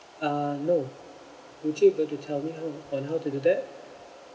uh no would you be able to tell me how on how to do that